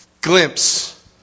glimpse